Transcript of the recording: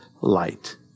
light